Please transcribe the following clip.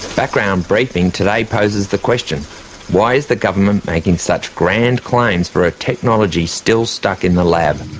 background briefing today poses the question why is the government making such grand claims for a technology still stuck in the lab?